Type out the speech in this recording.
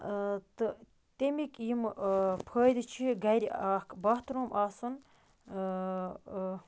تہٕ تمیِکۍ یِمہٕ فٲیدٕ چھِ گَرِ اَکھ باتھروٗم آسُن